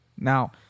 Now